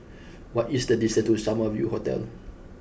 what is the distance to Summer View Hotel